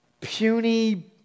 puny